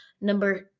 Number